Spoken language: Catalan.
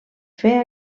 fer